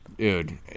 Dude